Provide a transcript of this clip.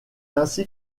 ainsi